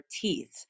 teeth